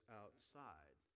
outside